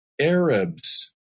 Arabs